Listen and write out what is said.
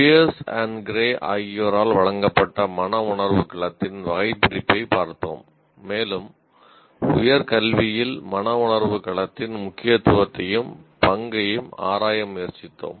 piers மற்றும் Gray ஆகியோரால் வழங்கப்பட்ட மனவுணர்வு களத்தின் வகைபிரிப்பைப் பார்த்தோம் மேலும் உயர் கல்வியில் மனவுணர்வு களத்தின் முக்கியத்துவத்தையும் பங்கையும் ஆராய முயற்சித்தோம்